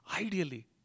Ideally